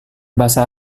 bahasa